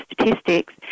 Statistics